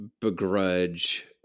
begrudge